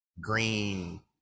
green